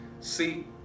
See